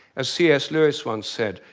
as c s. lewis once said,